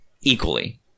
equally